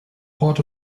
part